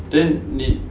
then 你